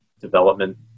development